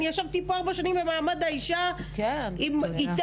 אני ישבתי פה ארבע שנים במעמד האישה עם משרד החינוך,